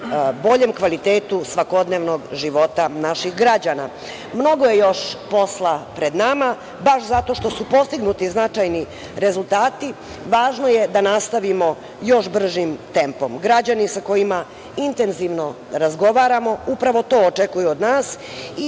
boljem kvalitetu svakodnevnog života naših građana. Mnogo je još posla pred nama, baš zato što su postignuti značajni rezultati. Važno je da nastavimo još bržim tempom. Građani sa kojima intenzivno razgovaramo upravo to očekuju od nas